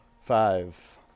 Five